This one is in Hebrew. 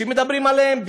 מדברים עליהם,